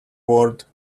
word